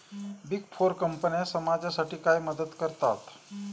Big four कंपन्या समाजासाठी काय मदत करतात?